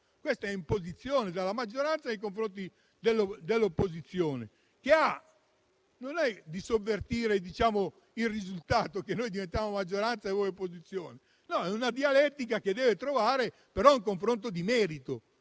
questa è imposizione della maggioranza nei confronti dell'opposizione. Non vogliamo sovvertire il risultato, che noi diventiamo maggioranza e voi opposizione. È una dialettica che deve trovare però un confronto di merito,